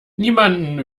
niemanden